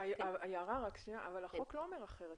אבל היום החוק לא אומר אחרת.